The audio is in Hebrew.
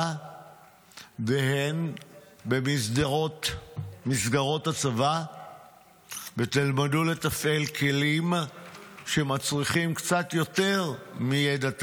והן במסגרות הצבא ותלמדו לתפעל כלים שמצריכים קצת יותר מידע תנ"כי,